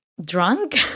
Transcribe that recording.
drunk